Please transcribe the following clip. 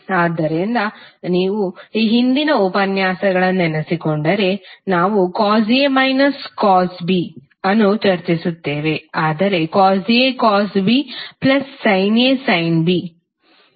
ಆದ್ದರಿಂದ ನೀವು ಹಿಂದಿನ ಉಪನ್ಯಾಸಗಳನ್ನು ನೆನಪಿಸಿಕೊಂಡರೆ ನಾವು ಕಾಸ್ A ಮೈನಸ್ B ಅನ್ನು ಚರ್ಚಿಸುತ್ತೇವೆ ಆದರೆ cos A cos B plus sine A sine B